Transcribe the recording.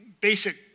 basic